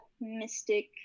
mystic